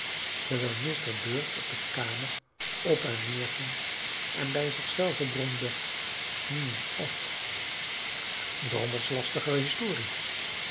terwijl mr bird de kamer op en neer ging en bij zich zelven bromde hm och drommels lastige historie